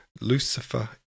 Lucifer